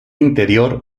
interior